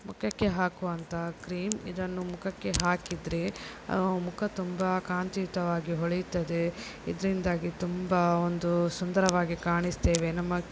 ಮುಖಕ್ಕೆ ಹಾಕುವಂತಹ ಕ್ರೀಮ್ ಇದನ್ನು ಮುಖಕ್ಕೆ ಹಾಕಿದರೆ ಮುಖ ತುಂಬ ಕಾಂತಿಯುತವಾಗಿ ಹೊಳೆಯುತ್ತದೆ ಇದರಿಂದಾಗಿ ತುಂಬ ಒಂದು ಸುಂದರವಾಗಿ ಕಾಣಿಸ್ತೇವೆ ನಮ್ಮ